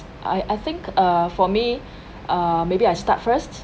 I I think uh for me uh maybe I start first